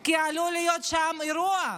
כי עלול להיות שם אירוע,